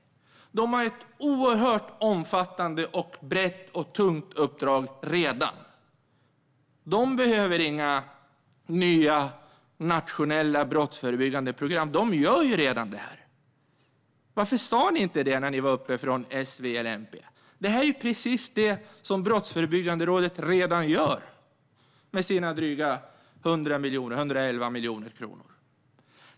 Myndigheten har redan ett oerhört omfattande, brett och tungt uppdrag och behöver inga nya nationella brottsförebyggande program. Man gör ju redan detta. Varför sa ni från S, V och MP inte det när ni talade? Brottsförebyggande rådet gör redan precis allt detta med sina 111 miljoner kronor.